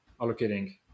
allocating